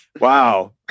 Wow